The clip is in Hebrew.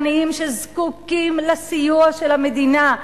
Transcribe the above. עניים שזקוקים לסיוע של המדינה.